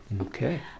Okay